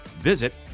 Visit